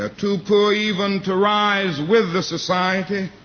ah too poor even to rise with the society,